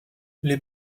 les